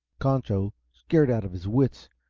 concho, scared out of his wits,